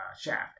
shaft